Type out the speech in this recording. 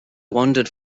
wandered